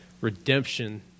Redemption